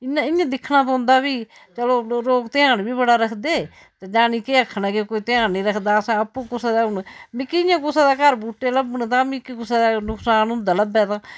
इ'यां इयां दिक्खना पौंदा फ्ही चलो लोक ध्यान बी बड़ा रखदे ते जानी के आखना कि ध्यान नी रक्खदा अस आपूं कुसै दा हून मिकी इयां कुसै दै घर बूह्टे लब्भन तां मिकी कुसै दा नुकसान हुंदा लब्भै तां